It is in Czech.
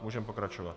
Můžeme pokračovat.